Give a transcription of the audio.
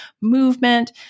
movement